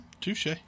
Touche